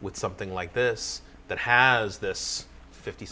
with something like this that has this fifty